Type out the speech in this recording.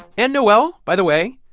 and, noel, by the way,